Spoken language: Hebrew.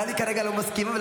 גלי כרגע לא מסכימה,